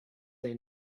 say